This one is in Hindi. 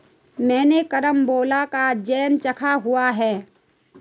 मैंने कैरमबोला का जैम चखा हुआ है